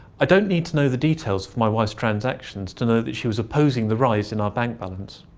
i don't need to know the details of my wife's transactions to know that she was opposing the rise in our bank balance.